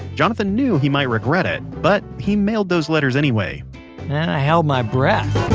jonathan knew he might regret it, but he mailed those letters anyway then, i held my breath